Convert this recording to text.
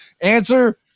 answer